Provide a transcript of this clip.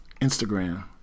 Instagram